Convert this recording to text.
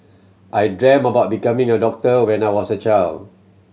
I dreamt about becoming a doctor when I was a child